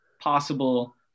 possible